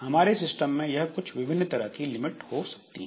हमारे सिस्टम में यह कुछ विभिन्न तरह की लिमिट हो सकती हैं